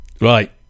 Right